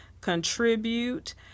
contribute